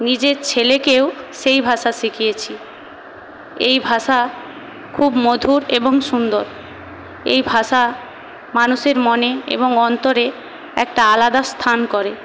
নিজের ছেলেকেও সেই ভাষা শিখিয়েছি এই ভাষা খুব মধুর এবং সুন্দর এই ভাষা মানুষের মনে এবং অন্তরে একটা আলাদা স্থান করে